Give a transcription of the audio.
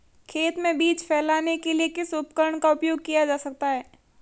खेत में बीज फैलाने के लिए किस उपकरण का उपयोग किया जा सकता है?